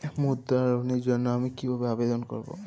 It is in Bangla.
মুদ্রা লোনের জন্য আমি কিভাবে আবেদন করবো?